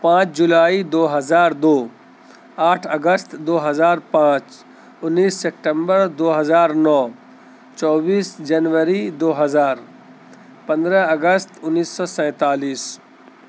پانچ جولائی دو ہزار دو آٹھ اگست دو ہزار پانچ انیس سپٹمبر دو ہزار نو چوبیس جنوری دو ہزار پندرہ اگست انیس سو سینتالیس